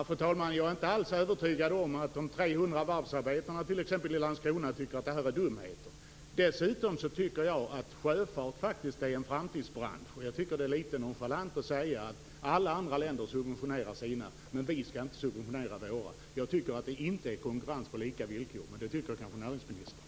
Fru talman! Jag är inte alls övertygad om att t.ex. de 300 varvsarbetarna i Landskrona tycker att detta är dumheter. Dessutom tycker jag att sjöfarten faktiskt är en framtidsbransch, och jag tycker att det är litet nonchalant att säga att alla andra länder subventionerar sin varvsindustri men att vi inte skall subventionera vår. Jag tycker inte att det är konkurrens på lika villkor, men det tycker kanske näringsministern.